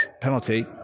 penalty